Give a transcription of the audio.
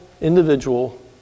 individual